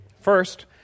First